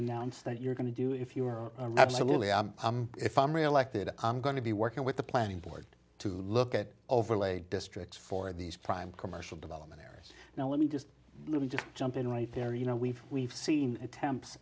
announce that you're going to do if you were absolutely if i'm re elected i'm going to be working with the planning board to look at overlay districts for these prime commercial development years now let me just let me just jump in right there you know we've we've seen attempts